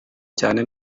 cyane